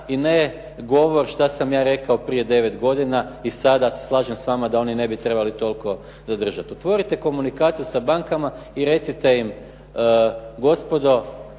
i ne govor što sam ja rekao prije 9 godina i sada se slažem s vama da oni ne bi trebalo toliko zadržati. Otvorite komunikaciju sa bankama i recite im, gospodo